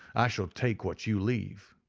i shall take what you leave.